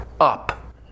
up